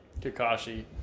Kakashi